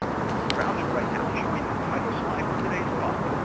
your browser right now is showing the title slide for today's talk.